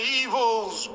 evil's